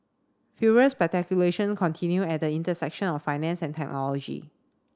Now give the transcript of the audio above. furious continue at the intersection of finance and technology